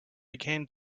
began